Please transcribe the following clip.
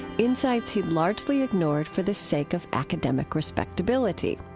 insights he'd largely ignored for the sake of academic respectability.